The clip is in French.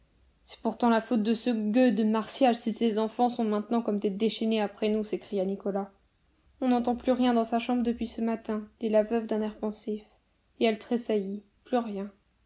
c'est pourtant la faute de ce gueux de martial si ces enfants sont maintenant comme des déchaînés après nous s'écria nicolas on n'entend plus rien dans sa chambre depuis ce matin dit la veuve d'un air pensif et elle tressaillit plus rien